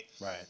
Right